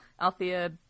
althea